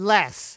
Less